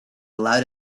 allowed